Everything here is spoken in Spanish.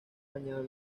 bañado